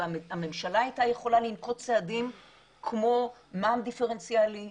והממשלה הייתה יכולה לנקוט צעדים כמו מע"מ דיפרנציאלי,